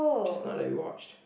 just now that we watched